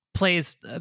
plays